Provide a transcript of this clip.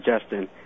Justin